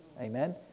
Amen